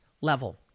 level